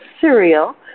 cereal